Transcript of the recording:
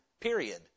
period